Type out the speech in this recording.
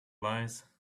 lies